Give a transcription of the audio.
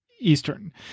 Eastern